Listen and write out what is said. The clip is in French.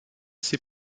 ses